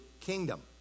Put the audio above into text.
kingdom